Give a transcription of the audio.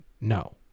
No